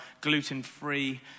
Gluten-free